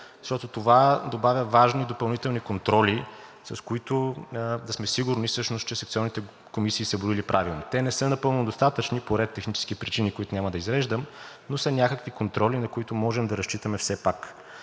защото това добавя важни и допълнителни контроли, с които да сме сигурни всъщност, че секционните комисии са броили правилно. Те не са напълно достатъчни по ред технически причини, които няма да изреждам, но са някакви контроли, на които можем да разчитаме все пак.